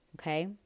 okay